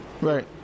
right